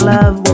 Love